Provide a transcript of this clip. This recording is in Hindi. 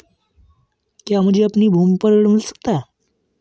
क्या मुझे अपनी भूमि पर ऋण मिल सकता है?